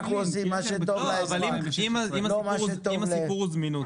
אנחנו עושים מה שטוב לאזרח, לא מה שטוב ליבואנים.